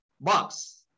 box